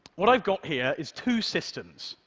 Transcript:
what i've got here is two systems,